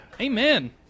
Amen